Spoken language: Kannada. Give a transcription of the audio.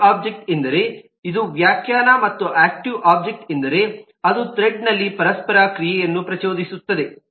ಆಕ್ಟಿವ್ ಒಬ್ಜೆಕ್ಟ್ ಎಂದರೆ ಇದು ವ್ಯಾಖ್ಯಾನ ಮತ್ತು ಆಕ್ಟಿವ್ ಒಬ್ಜೆಕ್ಟ್ ಎಂದರೆ ಅದು ಥ್ರೆಡ್ನಲ್ಲಿ ಪರಸ್ಪರ ಕ್ರಿಯೆಯನ್ನು ಪ್ರಚೋದಿಸುತ್ತದೆ